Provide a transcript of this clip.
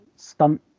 stunt